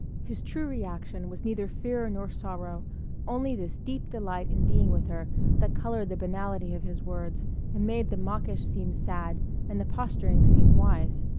his true reaction was neither fear nor sorrow only this deep delight in being with her that colored the banality of his words and made the mawkish seem sad and the posturing seem wise.